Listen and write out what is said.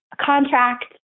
contract